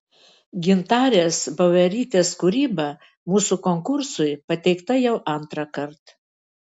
gintarės bauerytės kūryba mūsų konkursui pateikta jau antrąkart